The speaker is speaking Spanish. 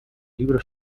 libro